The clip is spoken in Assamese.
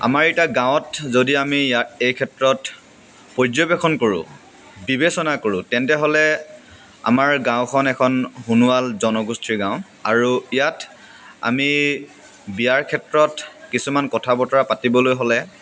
আমাৰ এতিয়া গাঁৱত যদি আমি ইয়াত এই ক্ষেত্ৰত পৰ্যবেক্ষণ কৰোঁ বিবেচনা কৰোঁ তেনেহ'লে আমাৰ গাঁওখন এখন সোণোৱাল জনগোষ্ঠীৰ গাঁও আৰু ইয়াত আমি বিয়াৰ ক্ষেত্ৰত কিছুমান কথা বতৰা পাতিবলৈ হ'লে